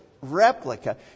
replica